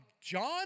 John